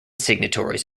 signatories